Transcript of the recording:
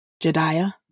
Jediah